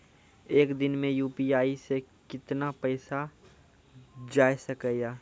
एक दिन मे यु.पी.आई से कितना पैसा जाय सके या?